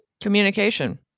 Communication